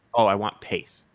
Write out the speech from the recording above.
oh, i want pace.